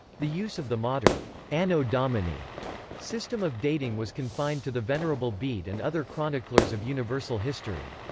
the use of the modern anno domini system of dating was confined to the venerable bede and other chroniclers of universal history.